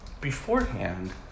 beforehand